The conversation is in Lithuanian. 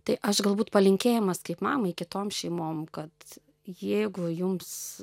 tai aš galbūt palinkėjimas kaip mamai kitom šeimom kad jeigu jums